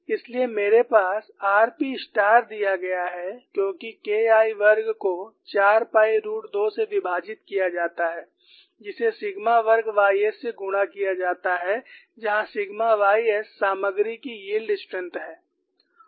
इसलिए मेरे पास r p स्टार दिया गया है क्योंकि KI वर्ग को 4 पाई रूट 2 से विभाजित किया जाता है जिसे सिग्मा वर्ग y s से गुणा किया जाता है जहां सिग्मा y s सामग्री की यील्ड स्ट्रेंग्थ है